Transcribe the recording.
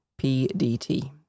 PDT